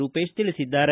ರೂಪೇಶ್ ತಿಳಿಸಿದ್ದಾರೆ